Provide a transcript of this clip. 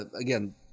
Again